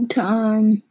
time